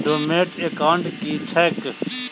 Dormant account की छैक?